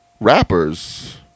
rappers